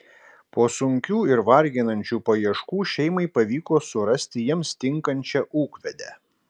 po sunkių ir varginančių paieškų šeimai pavyko surasti jiems tinkančią ūkvedę